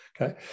okay